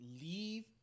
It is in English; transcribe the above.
leave